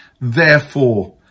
Therefore